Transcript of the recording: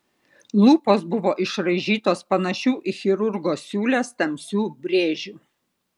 lūpos buvo išraižytos panašių į chirurgo siūles tamsių brėžių